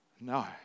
No